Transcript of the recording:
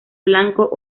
blanco